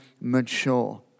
mature